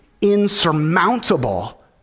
insurmountable